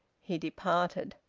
he departed.